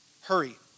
Hurry